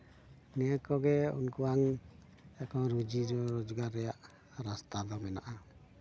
ᱱᱤᱭᱟᱹ ᱠᱚᱜᱮ ᱩᱱᱠᱩᱣᱟᱝ ᱮᱠᱷᱚᱱ ᱨᱩᱡᱤ ᱨᱳᱡᱜᱟᱨ ᱨᱮᱭᱟᱜ ᱨᱟᱥᱛᱟ ᱫᱚ ᱢᱮᱱᱟᱜᱼᱟ